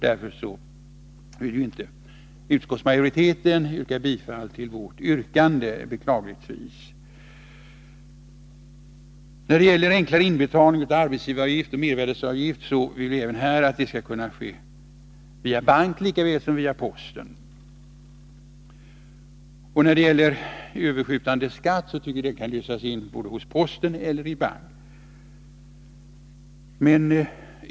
Därför avstyrker beklagligtvis utskottsmajoriteten yrkande 1 i motion 534. Vi vill vidare att enklare inbetalningar, exempelvis arbetsgivaravgifter och mervärdesavgifter, skall kunna göras på såväl bank som post. Likaså anser vi att överskjutande skatt skall kunna lösas in både på posten och på banken.